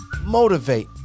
motivate